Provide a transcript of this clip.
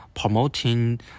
promoting